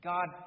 God